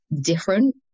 different